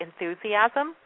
enthusiasm